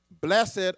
Blessed